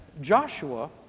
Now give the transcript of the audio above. Joshua